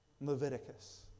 Leviticus